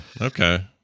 Okay